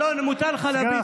אלון, מותר לך להביט בי.